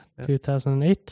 2008